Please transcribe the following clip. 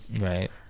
Right